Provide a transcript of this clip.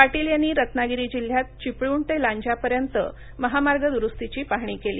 पाटील यांनी रत्नागिरी जिल्ह्यात चिपळूण ते लांज्यापर्यंत महामार्ग दुरुस्तीची पाहणी केली